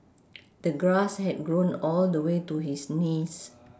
the grass had grown all the way to his knees